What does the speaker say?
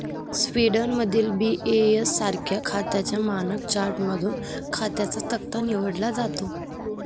स्वीडनमधील बी.ए.एस सारख्या खात्यांच्या मानक चार्टमधून खात्यांचा तक्ता निवडला जातो